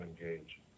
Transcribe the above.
engage